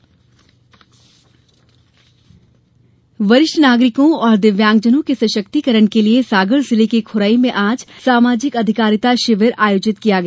शिविर वरिष्ठ नागरिकों और दिव्यांगजनों के सशक्तीकरण के लिये सागर जिले के खुरई में आज सामाजिक अधिकारिता शिविर आयोजित किया गया